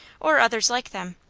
or others like them,